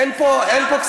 אין פה קסמים.